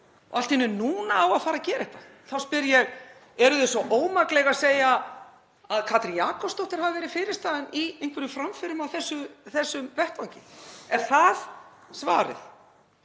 Allt í einu núna á að fara að gera eitthvað. Þá spyr ég: Eru þið svo ómakleg að segja að Katrín Jakobsdóttir hafi verið fyrirstaðan í einhverjum framförum á þessum vettvangi? Er það svarið?